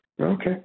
Okay